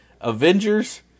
Avengers